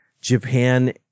Japan